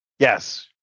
Yes